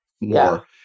more